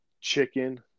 chicken